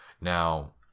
Now